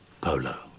Polo